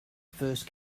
first